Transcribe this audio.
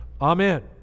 Amen